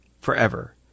forever